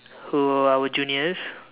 who were our juniors